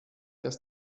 das